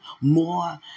more